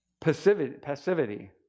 passivity